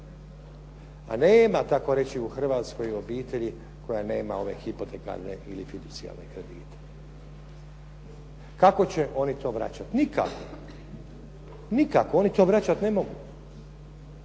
A nema tako reći u Hrvatskoj obitelji koja nema ove hipotekarne ili fiducijalne kredite. Kako će oni to vraćati? Nikako. Nikako, oni to vraćati ne mogu.